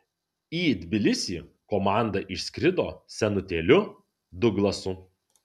į tbilisį komanda išskrido senutėliu duglasu